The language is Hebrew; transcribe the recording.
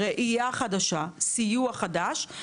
ראייה חדשה וסיוע חדש.